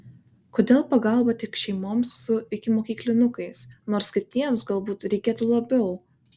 kodėl pagalba tik šeimoms su ikimokyklinukais nors kitiems galbūt reikėtų labiau